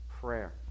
prayer